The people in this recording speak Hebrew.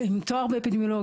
עם תואר באפידמיולוגיה,